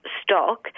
stock